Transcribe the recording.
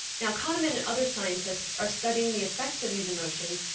now kahneman and other scientists are studying the effects of these emotions,